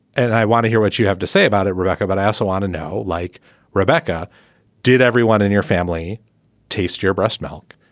and i want to hear what you have to say about it rebecca but i also want to know like rebecca did everyone in your family taste your breast milk